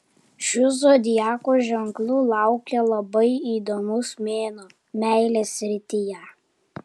šių zodiako ženklų laukia labai įdomus mėnuo meilės srityje